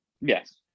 Yes